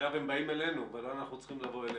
עכשיו הפעוטונים באים אלינו ואנחנו לא צריכים לבוא אליהם.